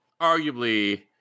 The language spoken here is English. arguably